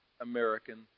American